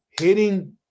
hitting